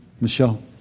Michelle